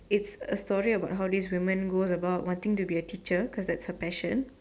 it's a story of about how this woman goes about wanting to be a teacher cause that's her passion